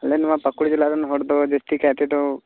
ᱟᱞᱮ ᱱᱚᱣᱟ ᱯᱟᱹᱠᱩᱲ ᱡᱮᱞᱟ ᱨᱮᱱ ᱦᱚᱲ ᱫᱚ ᱡᱟᱹᱥᱛᱤ ᱠᱟᱭ ᱛᱮᱫᱚ